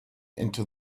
into